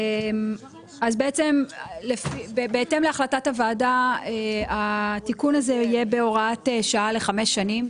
אז בעצם בהתאם להחלטת הוועדה התיקון הזה יהיה בהוראת שעה לחמש שנים.